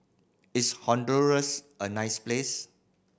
is Honduras a nice place